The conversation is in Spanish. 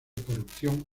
corrupción